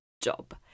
job